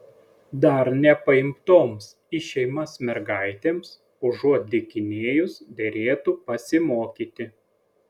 dar nepaimtoms į šeimas mergaitėms užuot dykinėjus derėtų pasimokyti